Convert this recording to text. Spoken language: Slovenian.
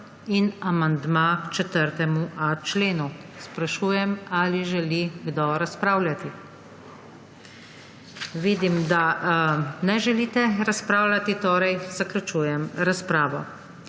in amandma k 4.a členu. Sprašujem, ali želi kdo razpravljati. Vidim, da ne želite razpravljati, torej zaključujem razpravo.